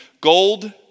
gold